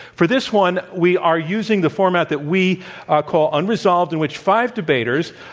for this one, we are using the format that we call unresolved, in which five debaters,